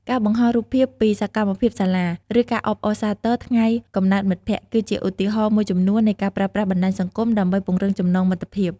ការបង្ហោះរូបភាពពីសកម្មភាពសាលា ឬការអបអរសាទរថ្ងៃកំណើតមិត្តភក្តិ គឺជាឧទាហរណ៍មួយចំនួននៃការប្រើប្រាស់បណ្ដាញសង្គមដើម្បីពង្រឹងចំណងមិត្តភាព។